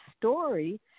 story